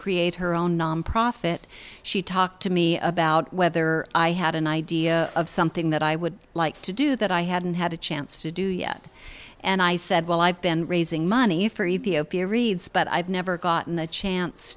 create her own nonprofit she talked to me about whether i had an idea of something that i would like to do that i hadn't had a chance to do yet and i said well i've been raising money for ethiopia reads but i've never gotten a chance